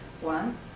one